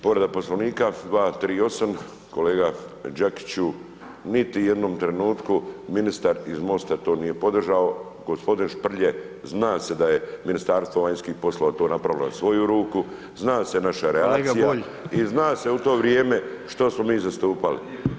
Povreda Poslovnica 238. kolega Đakiću, niti u jednom trenutku ministar iz MOST-a to nije podržao gospodin Šprlje zna se da je Ministarstvo vanjskih poslova to napravilo na svoju ruku, zna se naša reakcija [[Upadica: Kolega Bulj.]] i zna se u to vrijeme što smo mi zastupali.